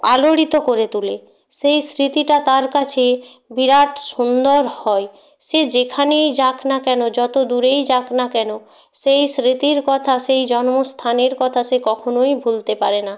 আলোড়িত করে তোলে সেই স্মৃতিটা তার কাছে বিরাট সুন্দর হয় সে যেখানেই যাক না কেন যত দূরেই যাক না কেন সেই স্মৃতির কথা সেই জন্মস্থানের কথা সে কখনোই ভুলতে পারে না